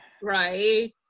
Right